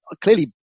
clearly